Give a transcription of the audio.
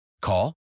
Call